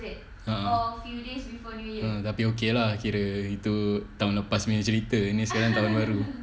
a'ah ah tapi okay lah kira itu tahun lepas punya cerita ini sekarang tahun baru